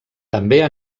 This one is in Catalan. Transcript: també